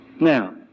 Now